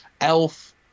elf